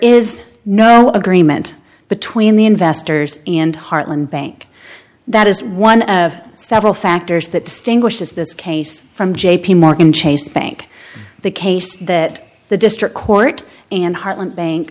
is no agreement between the investors and hartland bank that is one of several factors that distinguishes this case from j p morgan chase bank the case that the district court and hartland bank